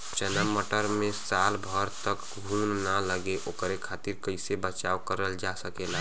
चना मटर मे साल भर तक घून ना लगे ओकरे खातीर कइसे बचाव करल जा सकेला?